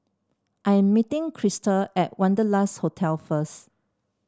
I'm meeting Krysta at Wanderlust Hotel first